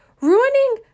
Ruining